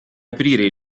aprire